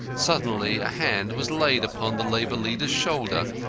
suddenly a hand was laid upon the labour leader's shoulder,